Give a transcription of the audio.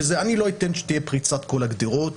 אני לא אתן שתהיה פריצות כל הגדרות